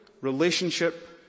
relationship